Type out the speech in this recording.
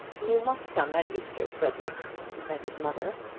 you must come at easter, frederic, said his mother.